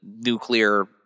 nuclear